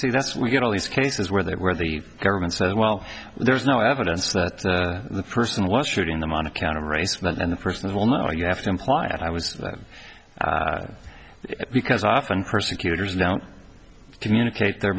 see that's we get all these cases where they where the government says well there's no evidence that the person was shooting them on account of racism and the first of all now you have to imply that i was them because often persecutors now communicate their